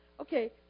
Okay